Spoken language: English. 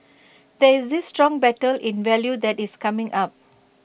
there is this strong battle in value that is coming up